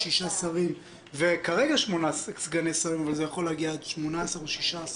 שרים וכרגע 8 סגני שרים אבל זה יכול להגיע עד 18 או 16 סגני שרים.